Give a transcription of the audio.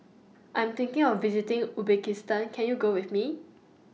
I'm thinking of visiting Uzbekistan Can YOU Go with Me